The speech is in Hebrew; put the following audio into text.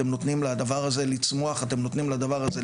אתם נותנים לדבר הזה לצמוח ולפרוח.